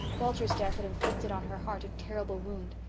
walter's death had inflicted on her heart a terrible wound.